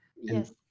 yes